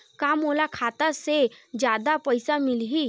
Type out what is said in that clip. का मोला खाता से जादा पईसा मिलही?